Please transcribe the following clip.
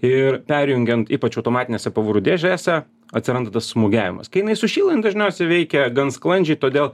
ir perjungiant ypač automatinėse pavarų dėžėse atsiranda tas smūgiavimas kai jinai sušyla jin dažniausiai veikia gan sklandžiai todėl